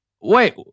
Wait